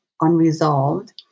unresolved